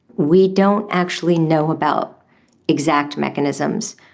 we don't actually know about exact mechanisms.